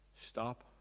Stop